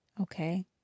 Okay